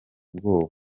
ubwoba